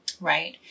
right